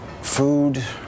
Food